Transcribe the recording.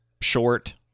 short